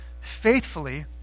faithfully